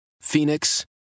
Phoenix